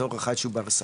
בתור אחד שהוא בר סמכא.